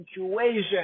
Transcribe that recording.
situation